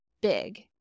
big